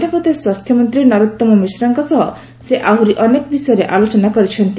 ମଧ୍ୟପ୍ରଦେଶ ସ୍ୱାସ୍ଥ୍ୟମନ୍ତ୍ରୀ ନରୋତ୍ତମ ମିଶ୍ରାଙ୍କ ସହ ସେ ଆହୁରି ଅନେକ ବିଷୟରେ ଆଲୋଚନା କରିଛନ୍ତି